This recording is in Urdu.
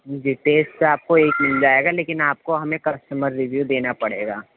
جی ٹیسٹ سے آپ کو ایک مل جائے گا لیکن میں آپ کو ہمیں کسٹمر ریویو دینا پڑے گا